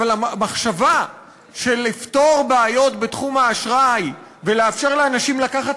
אבל המחשבה של לפתור בעיות בתחום האשראי ולאפשר לאנשים לקחת